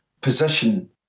position